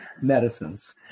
medicines